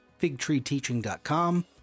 figtreeteaching.com